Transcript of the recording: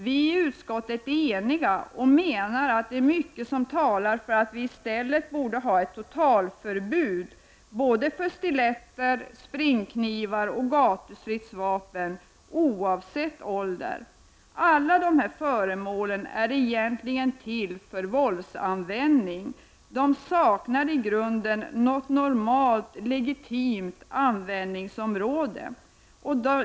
Vi inom utskottet är eniga och menar att det är mycket som talar för att vi i stället borde ha ett totalförbud såväl för stiletter och springknivar som för gatustridsvapen, oavsett en persons ålder. Alla dessa föremål är egentligen avsedda för våldsanvändning. De saknar i grunden något normalt legitimt användningsområde.